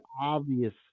obvious